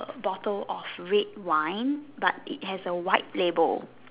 bottle of red wine but it has a white label